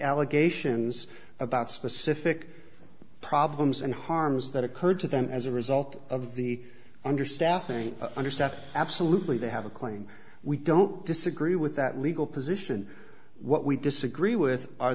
allegations about specific problems and harms that occurred to them as a result of the understaffing understand absolutely they have a claim we don't disagree with that legal position what we disagree with